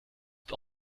het